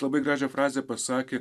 labai gražią frazę pasakė